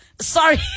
Sorry